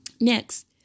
Next